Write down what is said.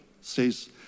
says